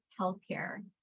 healthcare